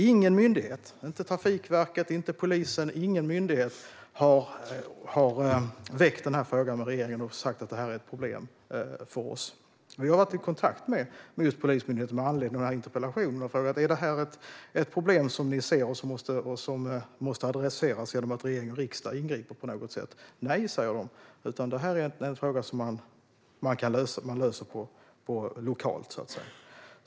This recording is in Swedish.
Ingen myndighet - inte Trafikverket och inte polisen - har tagit upp denna fråga med regeringen och sagt: Det här är ett problem för oss. Jag har varit i kontakt med Polismyndigheten med anledning av interpellationen och frågat: Är detta ett problem som ni ser och som måste adresseras genom att regering och riksdag ingriper på något sätt? Nej, säger de. Detta är en fråga som man löser lokalt, så att säga.